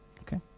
Okay